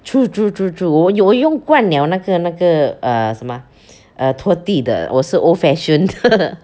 true true true true 我有我用惯 liao 那个那个 err 什么 uh 拖地的我是 old fashioned